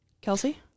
Kelsey